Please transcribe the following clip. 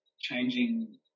changing